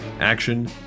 action